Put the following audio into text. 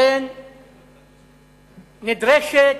נדרשת